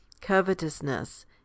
covetousness